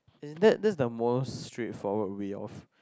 in that that's the most straightforward way of